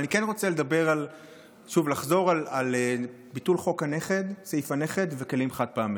אבל אני כן רוצה לחזור על ביטול סעיף הנכד ועל כלים חד-פעמיים.